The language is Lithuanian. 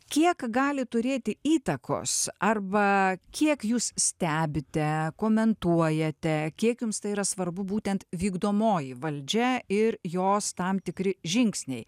kiek gali turėti įtakos arba kiek jūs stebite komentuojate kiek jums tai yra svarbu būtent vykdomoji valdžia ir jos tam tikri žingsniai